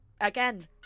again